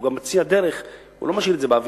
והוא גם מציע דרך, הוא לא משאיר את זה באוויר,